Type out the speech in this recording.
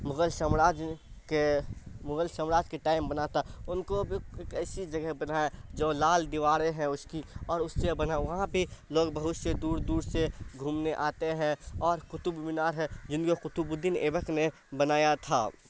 مغل سامراج میں کے مغل سامراج کے ٹائم میں بنا تھا ان کو بھی ایک ایسی جگہ بنا ہے جو لال دیواریں ہیں اس کی اور اس سے بنا وہاں بھی لوگ بہت سے دور دور سے گھومنے آتے ہیں اور قطب مینار ہے جن کو قطب الدین ایبک نے بنایا تھا